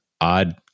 odd